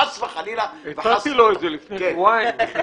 וחס וחלילה --- הצעתי לו לפני שבועיים.